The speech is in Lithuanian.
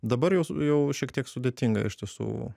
dabar jau s jau šiek tiek sudėtinga iš tiesų